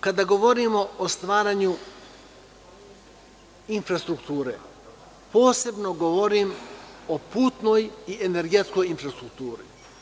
Kada govorimo o stvaranju infrastrukture, posebno govorim o putnoj i energetskoj infrastrukturi.